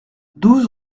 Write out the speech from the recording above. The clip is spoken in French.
douze